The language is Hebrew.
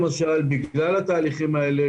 בגלל התהליכים האלה,